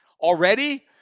Already